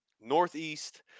Northeast